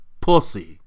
Pussy